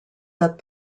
that